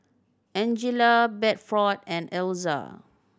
Angella Bedford and Elza